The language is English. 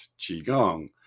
qigong